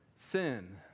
sin